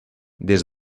des